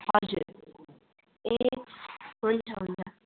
हजुर ए हुन्छ हुन्छ